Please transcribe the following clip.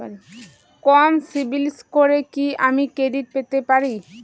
কম CIBIL স্কোরে কি আমি ক্রেডিট পেতে পারি?